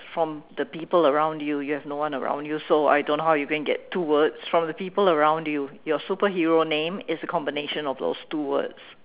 from the people around you you have no one around you so I don't how you going to get two words from the people around you your superhero name is a combination of those two words